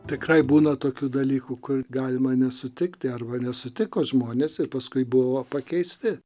tikrai būna tokių dalykų kur galima nesutikti arba nesutiko žmonės ir paskui buvo pakeisti